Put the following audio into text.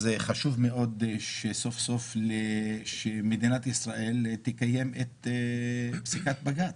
חשוב מאוד שסוף סוף מדינת ישראל תקיים את פסיקת בג"ץ.